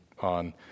on